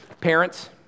Parents